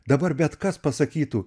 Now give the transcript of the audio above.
dabar bet kas pasakytų